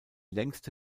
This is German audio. längste